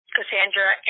Cassandra